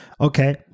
Okay